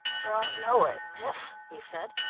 don't know it, miss, he said.